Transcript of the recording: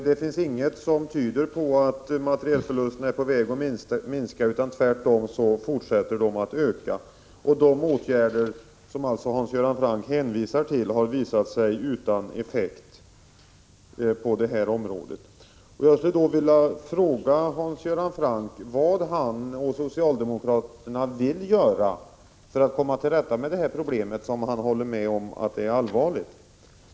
Det finns inget som tyder på att materielförlusterna är på väg att minska, utan tvärtom fortsätter de att öka. De åtgärder som alltså Hans Göran Franck hänvisar till har visat sig utan effekt på det här området. Jag skulle vilja fråga Hans Göran Franck vad han och socialdemokraterna vill göra för att komma till rätta med det problem som han håller med om är allvarligt.